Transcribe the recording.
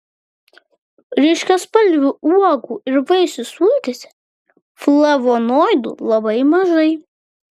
ryškiaspalvių uogų ir vaisių sultyse flavonoidų labai mažai